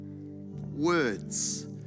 Words